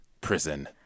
prison